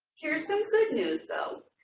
here's some good news, though.